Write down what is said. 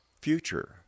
future